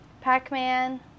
Pac-Man